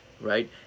right